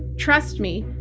trust me,